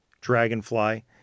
Dragonfly